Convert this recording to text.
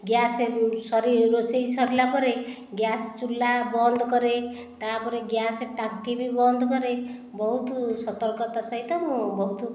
gas ସରି ରୋଷେଇ ସରିଲା ପରେ ଗ୍ୟାସ୍ ଚୁଲା ବନ୍ଦ କରେ ତା'ପରେ ଗ୍ୟାସ୍ ଟାଙ୍କି ବି ବନ୍ଦ କରେ ବହୁତ ସତର୍କତା ସହିତ ମୁଁ ବହୁତ